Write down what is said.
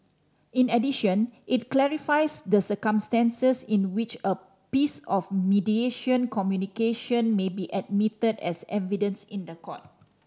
in addition it clarifies the circumstances in which a piece of mediation communication may be admitted as evidence in the court